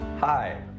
Hi